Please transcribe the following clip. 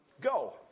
go